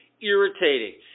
irritating